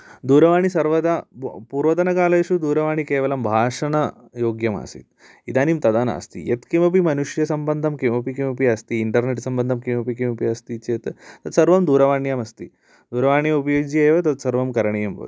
दूरवाणी सर्वदा पूर्वतनकालेषु दूरवाणी केवलं भाषणयोग्यमासीत् इदानीं तथा नास्ति यत्किमपि मनुष्यसम्बन्धं किमपि किमपि अस्ति इन्टर्नेट् सम्बन्धं किमपि किमपि अस्ति चेत् सर्वं दूरवाण्याम् अस्ति दूरवाणी उपयुज्य एव तद् सर्वं करणीयं भवति